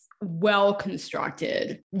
well-constructed